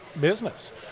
business